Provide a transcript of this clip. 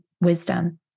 wisdom